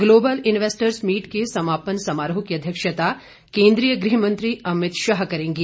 global investors meet के समापन समारोह की अध्यक्षता केंद्रीय गृहमंत्री अमित शाह करेंगे